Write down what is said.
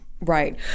Right